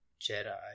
Jedi